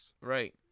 Right